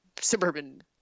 suburban